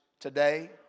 Today